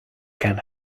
can